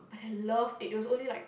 but I loved it it was only like